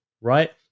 right